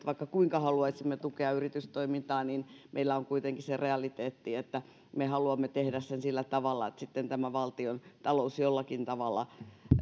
vaikka kuinka haluaisimme tukea yritystoimintaa meillä on kuitenkin se realiteetti että me haluamme tehdä sen sillä tavalla että sitten valtiontalous jollakin tavalla